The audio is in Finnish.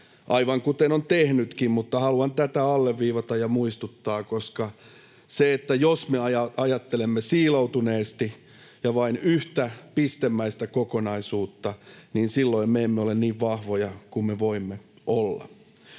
aivan kuten on tehnytkin, mutta haluan tätä alleviivata ja muistuttaa, koska jos me ajattelemme siiloutuneesti ja vain yhtä pistemäistä kokonaisuutta, silloin me emme ole niin vahvoja kuin voimme olla.